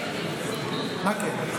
כן, מה "כן"?